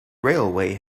railway